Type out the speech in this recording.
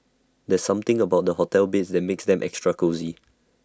there's something about the hotel beds that makes them extra cosy